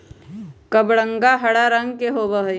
कबरंगा हरा रंग के होबा हई